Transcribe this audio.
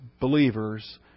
believers